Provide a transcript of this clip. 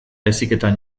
heziketan